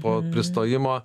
po įstojimo